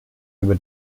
über